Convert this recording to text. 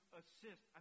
assist